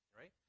Right